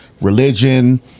religion